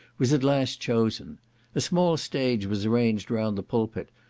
was at last chosen a small stage was arranged round the pulpit,